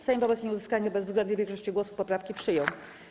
Sejm wobec nieuzyskania bezwzględnej większości głosów poprawki przyjął.